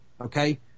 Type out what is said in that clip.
okay